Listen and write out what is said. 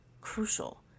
crucial